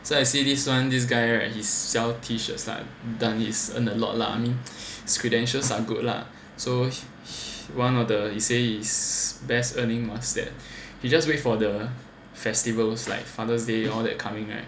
so I see this [one] this guy right he sells T-shirts time then he's earn a lot lah I mean his credentials are good lah so one of the he says his best earning was that he just wait for the festivals like father's day all that coming right